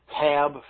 tab